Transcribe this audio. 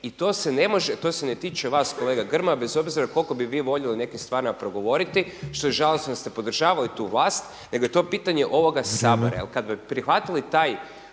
I to se ne tiče vas kolega Grmoja bez obzira koliko bi vi voljeli o nekim stvarima progovoriti što je žalost da ste podržavali tu vlast, nego je to pitanje ovoga Sabora jer kad bi prihvatili taj